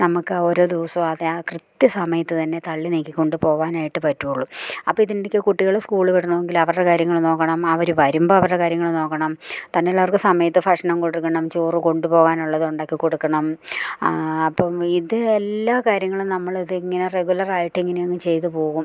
നമുക്ക് ഓരോ ദിവസവും അതാ കൃത്യ സമയത്ത് തന്നെ തള്ളി നീക്കിക്കൊണ്ട് പോകാനായിട്ട് പറ്റുകയുള്ളൂ അപ്പം ഇതെനിക്ക് കുട്ടികൾ സ്കൂൾ വിടണമെങ്കിലവരുടെ കാര്യങ്ങൾ നോക്കണം അവർ വരുമ്പം അവരുടെ കാര്യങ്ങൾ നോക്കണം തന്നെയുമല്ലാ അവർക്ക് സമയത്ത് ഭക്ഷണം കൊടുക്കണം ചോറ് കൊണ്ട് പോകാനുള്ളതുണ്ടാക്കി കൊടുക്കണം അപ്പം ഇത് എല്ലാ കാര്യങ്ങളും നമ്മളിതിങ്ങനെ റെഗുലറായിട്ടിങ്ങനെയങ്ങ് ചെയ്തു പോകും